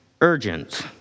urgent